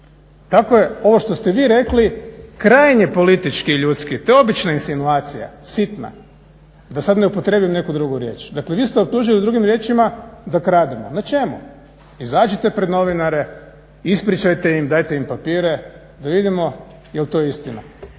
Tako je ovo što ste vi rekli krajnje politički i ljudski te obična insinuacija, sitna da sad ne upotrijebim neku drugu riječ. Dakle vi ste optužili drugim riječima da krademo na čemu. Izađite pred novinare ispričajte im, dajte mi papire da vidimo jel to istina.